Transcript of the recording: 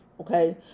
Okay